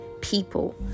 people